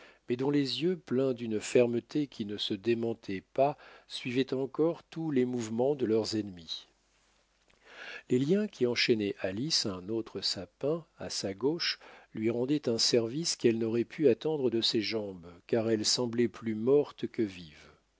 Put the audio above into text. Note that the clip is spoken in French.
mais dont les yeux pleins d'une fermeté qui ne se démentait pas suivaient encore tous les mouvements de leurs ennemis les liens qui enchaînaient alice à un autre sapin à sa gauche lui rendaient un service qu'elle n'aurait pu attendre de ses jambes car elle semblait plus morte que vive